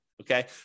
okay